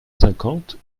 cinquante